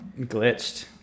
glitched